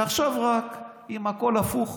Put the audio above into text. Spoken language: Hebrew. תחשוב רק אם הכול הפוך,